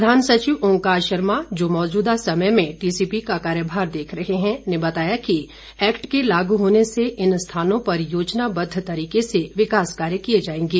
प्रधान सचिव ओंकार शर्मा जो मौजूदा समय में टीसीपी का कार्यभार देख रहे हैं ने बताया कि एक्ट के लागू होने से इन स्थानों पर योजनाबद्व तरीके से विकास कार्य किए जाएंगे